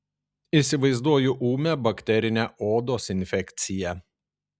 įsivaizduoju ūmią bakterinę odos infekciją